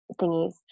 thingies